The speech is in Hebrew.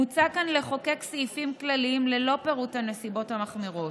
מוצע כאן לחוקק סעיפים כלליים ללא פירוט הנסיבות המחמירות,